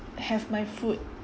have my food